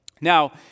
Now